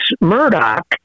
Murdoch